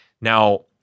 Now